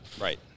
Right